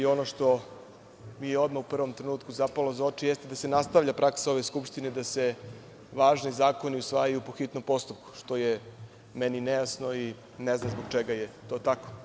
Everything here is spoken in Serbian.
Ono što mi je odmah u prvom trenutku zapalo za oči jeste da se nastavlja praksa ove Skupštine da se važni zakoni usvajaju po hitnom postupku, što je meni nejasno i ne znam zbog čega je to tako.